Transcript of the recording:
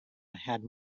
had